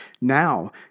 Now